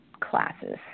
classes